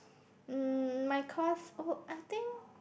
um my course oh I think